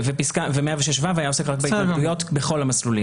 סעיף 106ו היה עוסק רק בהתנגדויות בכל המסלולים.